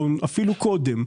או אפילו קודם,